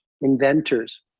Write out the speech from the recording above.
inventors